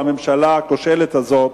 הממשלה הכושלת הזאת,